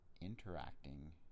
interacting